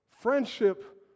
Friendship